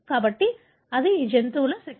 కాబట్టి అది ఈ జంతువుల శక్తి